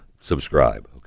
subscribe